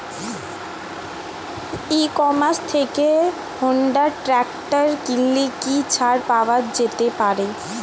ই commerce থেকে Honda tractor কিনলে কি ছাড় পাওয়া যেতে পারে?